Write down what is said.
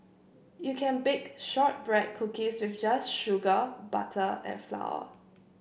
you can bake shortbread cookies just with sugar butter and flour